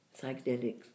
psychedelics